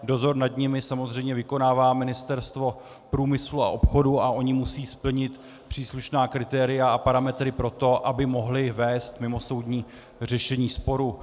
Dozor nad nimi samozřejmě vykonává Ministerstvo průmyslu a obchodu, a oni musí splnit příslušná kritéria a parametry pro to, aby mohli vést mimosoudní řešení sporu.